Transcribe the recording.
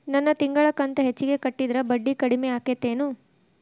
ನನ್ ತಿಂಗಳ ಕಂತ ಹೆಚ್ಚಿಗೆ ಕಟ್ಟಿದ್ರ ಬಡ್ಡಿ ಕಡಿಮಿ ಆಕ್ಕೆತೇನು?